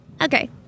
Okay